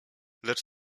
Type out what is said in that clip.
lecz